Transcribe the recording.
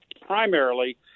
primarily